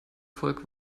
volk